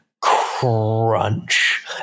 crunch